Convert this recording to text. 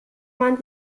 man